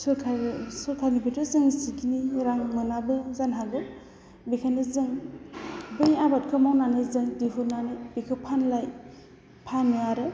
सोरखारनिफ्रायथ' जों जिखिनि रां मोनाबो जानो हागौ बेनिखायनो जों बै आबादखौ मावनानै जों दिहुननानै बेखौ फानो आरो